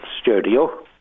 studio